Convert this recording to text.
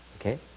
Okay